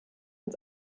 uns